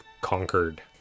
conquered